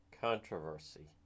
controversy